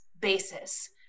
basis